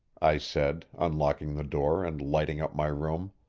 i said, unlocking the door and lighting up my room.